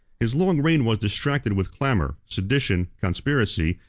his long reign was distracted with clamor, sedition, conspiracy,